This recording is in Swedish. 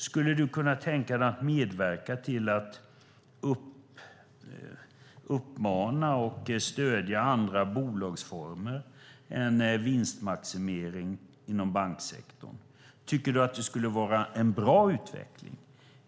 Skulle du kunna tänka dig att medverka till att uppmana och stödja andra bolagsformer än vinstmaximering inom banksektorn? Tycker du att det skulle vara en bra utveckling?